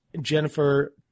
Jennifer